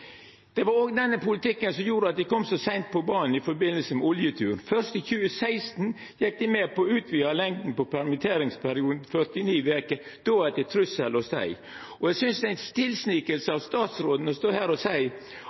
Det var òg denne politikken som gjorde at dei kom så seint på bana i samband med oljenedturen. Først i 2016 gjekk dei med på å utvida lengda på permitteringsperioden på 49 veker – og då etter trugsel om streik. Eg synest det er ei tilsniking av statsråden å stå her og